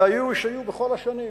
שהיו בכל השנים.